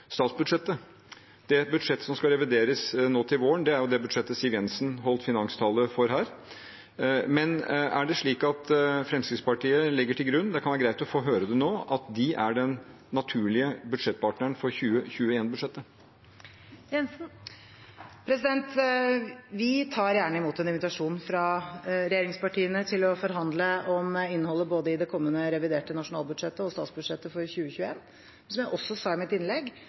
statsbudsjettet. Det er et budsjett som skal revideres nå til våren. Det er jo det budsjettet Siv Jensen holdt finanstale for her. Er det slik at Fremskrittspartiet legger til grunn – det kan være greit å få høre det nå – at de er den naturlige budsjettpartneren for 2021-budsjettet? Vi tar gjerne imot en invitasjon fra regjeringspartiene til å forhandle om innholdet i både det kommende reviderte nasjonalbudsjettet og statsbudsjettet for 2021. Som jeg også sa i mitt innlegg: